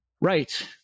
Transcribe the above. Right